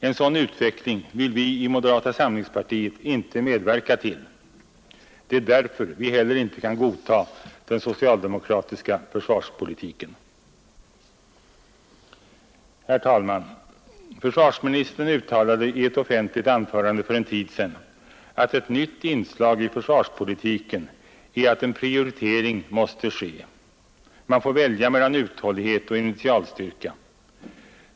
En sådan utveckling vill vi i moderata samlingspartiet inte medverka till. Det är därför vi inte heller kan godta den socialdemokratiska försvarspolitiken. Herr talman! Försvarsministern uttalade i ett offentligt anförande för en tid sedan att ett nytt inslag i försvarspolitiken är att en prioritering nu måste ske. Man får välja mellan uthållighet och initialstyrka.